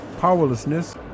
powerlessness